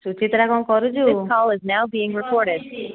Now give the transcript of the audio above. ସୁଚିତ୍ରା କ'ଣ କରୁଛୁ